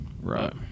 right